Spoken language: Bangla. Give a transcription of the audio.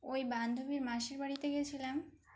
ওই বান্ধবীর মাসির বাড়িতে গিয়েছিলাম